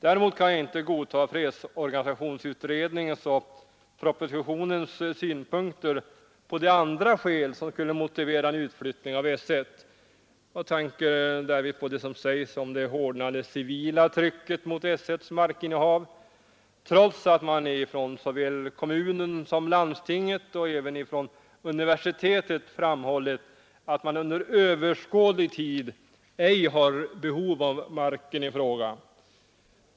Däremot kan jag inte godta fredsorganisationsutredningens och propositionens synpunkter på de andra skäl som skulle motivera en utflyttning av S 1. Jag tänker därvid på det som sägs om det hårdnande civila trycket mot §S1:s markinnehav — trots att man från såväl kommunen som landstinget och även från universitet har framhållit att man under överskådlig tid inte har behov av marken i fråga.